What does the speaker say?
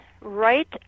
right